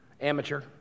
amateur